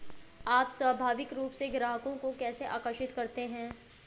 आप स्वाभाविक रूप से ग्राहकों को कैसे आकर्षित करते हैं?